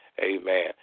Amen